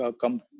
come